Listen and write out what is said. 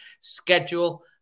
schedule